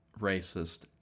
racist